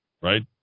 right